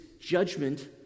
judgment